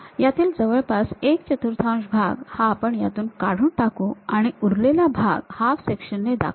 यातील जवळपास एक चतुर्थांश भाग आपण यातून काढून टाकू आणि उरलेला भाग हाफ सेक्शन ने दाखवू